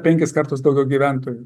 penkis kartus daugiau gyventojų